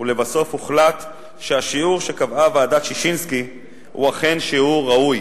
ולבסוף הוחלט שהשיעור שקבעה ועדת-ששינסקי הוא אכן שיעור ראוי.